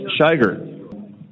Shiger